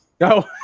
No